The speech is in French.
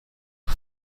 aux